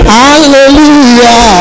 Hallelujah